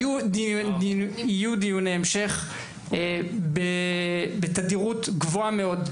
יהיו דיוני המשך בתדירות גבוהה מאוד.